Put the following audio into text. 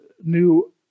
new